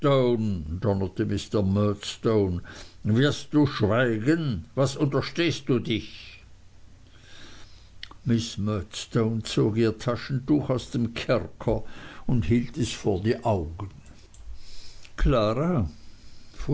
wirst du schweigen was unterstehst du dich miß murdstone zog ihr taschentuch aus dem kerker und hielt es vor die augen klara